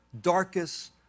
darkest